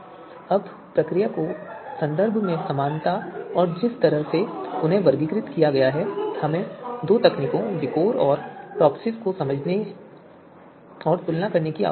अब प्रक्रिया के संदर्भ में समानता और जिस तरह से उन्हें वर्गीकृत किया गया है हमें दो तकनीकों विकोर और टॉपसिस को समझने और तुलना करने की आवश्यकता है